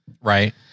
Right